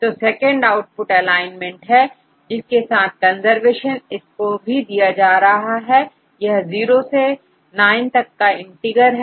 तो second output alignment है जिसके साथ कंजर्वेशन इसको भी दिया है यह 0 से9 तक का इंटिगर है